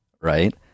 right